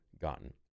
gotten